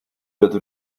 wird